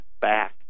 back